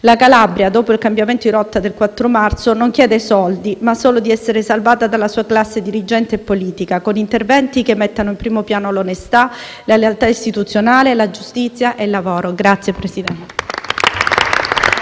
La Calabria, dopo il cambiamento di rotta del 4 marzo, non chiede soldi ma solo di essere salvata dalla sua classe dirigente e politica con interventi che mettano in primo piano l'onestà, la lealtà istituzionale, la giustizia e il lavoro. *(Applausi